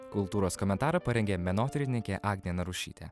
kultūros komentarą parengė menotyrininkė agnė narušytė